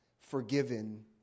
forgiven